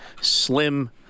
slim